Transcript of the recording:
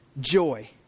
joy